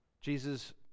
Jesus